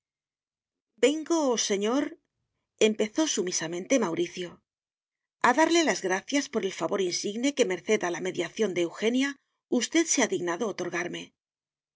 vengo señorempezó sumisamente mauricio a darle las gracias por el favor insigne que merced a la mediación de eugenia usted se ha dignado otorgarme